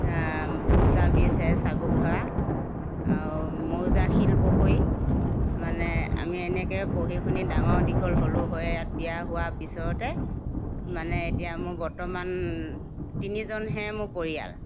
post office সেই চাবুকধৰা আৰু মৌজা শিলপুখুৰী মানে আমি এনেকেই পঢ়ি শুনি ডাঙৰ দীঘল হ'লো হৈ ইয়াত বিয়া হোৱা পিছতে মানে এতিয়া মোৰ বৰ্তমান তিনিজনহে মোৰ পৰিয়াল